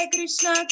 Krishna